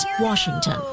Washington